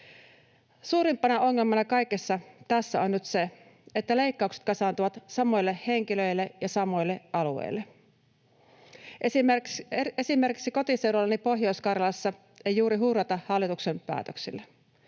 Suurimpana ongelmana kaikessa tässä on nyt se, että leikkaukset kasaantuvat samoille henkilöille ja samoille alueille. Esimerkiksi kotiseudullani Pohjois-Karjalassa ei juuri hurrata hallituksen päätöksille.